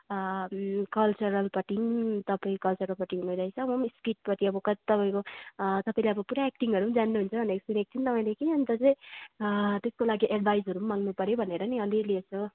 कल्चरलपट्टि तपाईँ कल्चरलपट्टि हुनु हुँदो रहेछ म नि स्किटपट्टि अब तपाईँको तपाईँले अब पुरा एक्टिङहरू नि जान्नु हुन्छ भनेको सुनेको थिएँ नि त मैले कि अन्त चाहिँ त्यसको लागि एडभाइजहरू माग्नु पर्यो भनेर नि अलि अलि यसो